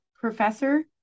professor